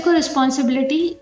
responsibility